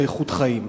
זה איכות חיים.